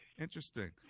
Interesting